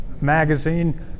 magazine